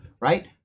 right